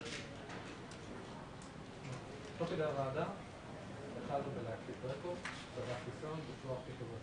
שמחלק את הרישיון הזה בין בתי החולים השונים לפי כל מיני קטיגוריות